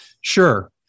Sure